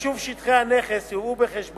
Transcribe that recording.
שבחישוב שטחי הנכס יובאו בחשבון